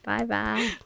Bye-bye